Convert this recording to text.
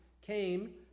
came